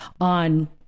on